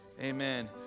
Amen